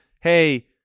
Hey